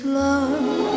love